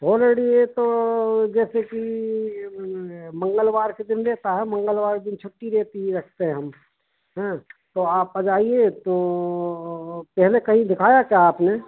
holiday तो जैसे की मंगलवार के दिन रहता है मंगलवार के दिन छुट्टी रहती है रखते हम हाँ तो आप आ जाइए तो पहले कहीं दिखाया क्या आपने